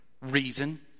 reason